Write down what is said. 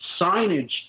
signage